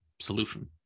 solution